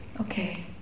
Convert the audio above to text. Okay